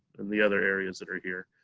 and the other areas that are here.